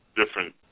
different